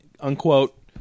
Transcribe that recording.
unquote